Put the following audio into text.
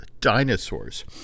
dinosaurs